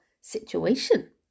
situation